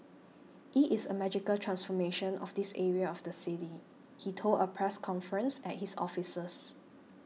it is a magical transformation of this area of the city he told a press conference at his offices